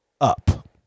up